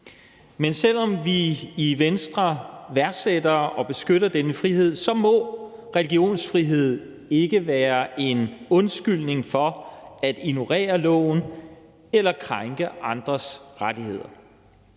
Men selv om vi i Venstre værdsætter og beskytter denne frihed, må religionsfrihed ikke være en undskyldning for at ignorere loven eller krænke andres rettigheder.